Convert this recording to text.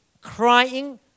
crying